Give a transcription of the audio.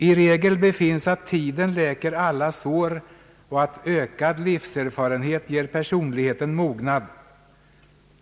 I regel befinns att tiden läker alla sår och att ökad livserfarenhet ger personligheten mognad.